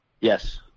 Yes